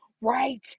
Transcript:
right